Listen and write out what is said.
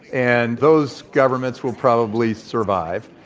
and those governments will probably survive.